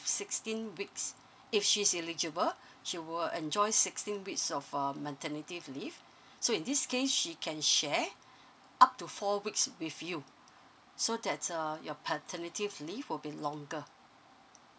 sixteen weeks if she's illegible she will enjoys sixteen weeks of um maternity leave so in this case she can share up to four weeks with you so that's uh your paternity leave will be longer